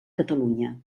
catalunya